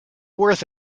worth